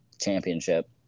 championship